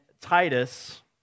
Titus